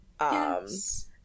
Yes